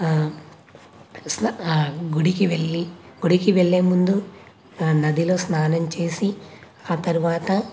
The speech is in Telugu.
స్నా గుడికి వెళ్లి గుడికి వెళ్లే ముందు నదిలో స్నానం చేసి ఆ తర్వాత